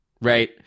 Right